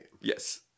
Yes